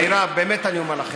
מירב, אני אומר לך,